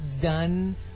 done